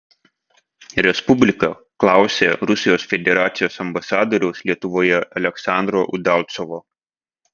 respublika klausė rusijos federacijos ambasadoriaus lietuvoje aleksandro udalcovo